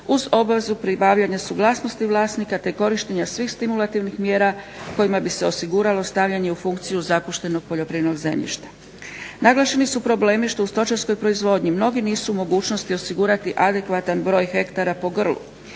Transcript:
uz obvezu pribavljanja suglasnosti vlasnika, te korištenja svih stimulativnih mjera kojima bi se o osiguralo stavljanje u funkciju zapuštenog poljoprivrednog zemljišta. Naglašeni su problemi što u stočarskoj proizvodnji mnogi nisu u mogućnosti osigurati adekvatan broj hektara po grlu.